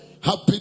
happy